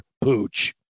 pooch